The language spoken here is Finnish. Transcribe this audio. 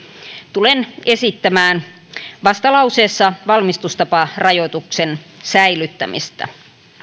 tulen esittämään vastalauseessa valmistustaparajoituksen säilyttämistä